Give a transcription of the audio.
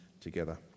together